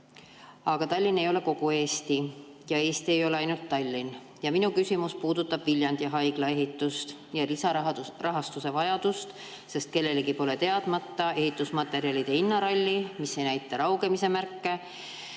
Aga Tallinn ei ole kogu Eesti ja Eesti ei ole ainult Tallinn. Minu küsimus puudutab Viljandi haigla ehitust ja lisarahastuse vajadust, sest kellelegi pole teadmata ehitusmaterjalide hinnaralli, mis ei näita raugemise märke.